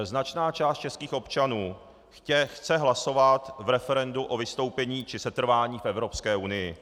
Značná část českých občanů chce hlasovat v referendu o vystoupení či setrvání v Evropské unii.